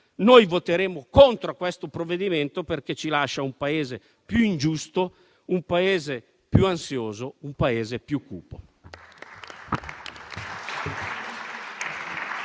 Noi voteremo contro questo provvedimento, perché ci lascia un Paese più ingiusto, un Paese più ansioso, un Paese più cupo.